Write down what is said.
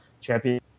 champion